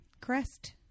Crest